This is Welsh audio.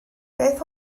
beth